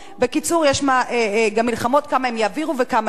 בקיצור, יש גם מלחמות כמה הם יעבירו וכמה לא.